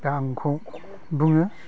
दा आं बेखौ बुङो